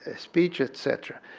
ah speech, et cetera,